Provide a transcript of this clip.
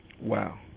Wow